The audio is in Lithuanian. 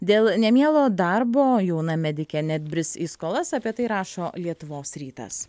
dėl nemielo darbo jauna medikė net bris į skolas apie tai rašo lietuvos rytas